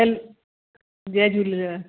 hello जय झूलेलाल